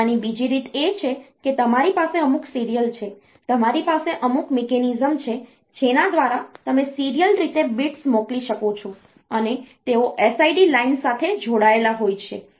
તે કરવાની બીજી રીત એ છે કે તમારી પાસે અમુક સીરીયલ છે તમારી પાસે અમુક મિકેનિઝમ છે જેના દ્વારા તમે સીરીયલ રીતે bits મોકલી શકો છો અને તેઓ SID લાઇન સાથે જોડાયેલા હોય છે